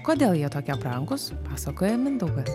kodėl jie tokie brangūs pasakoja mindaugas